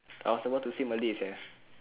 I was about to say malay sia